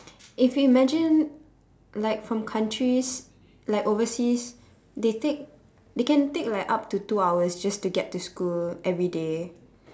if we imagine like from countries like overseas they take they can take like up to two hours just to get to school everyday